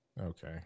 okay